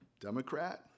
Democrat